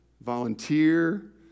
volunteer